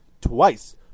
twice